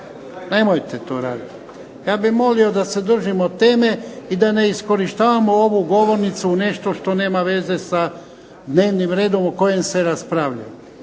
Nemojte to raditi. Ja bih molio da se držimo teme i da ne iskorištavamo ovu govornicu u nešto što nema veze sa dnevnim redom o kojem se raspravlja.